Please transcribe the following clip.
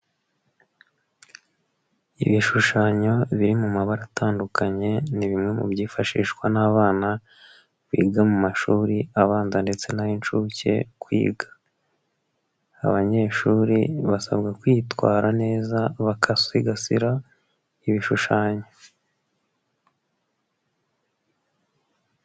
Ibishushanyo biri mu mabara atandukanye ni bimwe mu byifashishwa n'abana biga mu mashuri abanza ndetse n'ay'inshuke kwiga. Abanyeshuri basabwa kwitwara neza bagasigasira ibishushanyo.